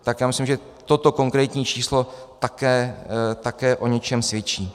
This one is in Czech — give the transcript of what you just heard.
Tak já myslím, že toto konkrétní číslo také o něčem svědčí.